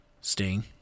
Sting